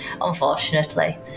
unfortunately